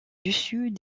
dessus